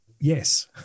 yes